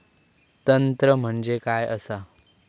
तंत्र म्हणजे काय असा?